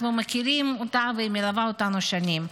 אנחנו מכירים אותה והיא מלווה אותנו שנים,